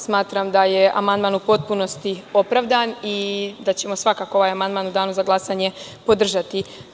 Smatram da je amandman u potpunosti opravdan i da ćemo svakako ovaj amandman u danu za glasanje podržati.